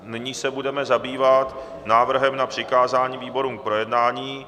Nyní se budeme zabývat návrhem na přikázání výborům k projednání.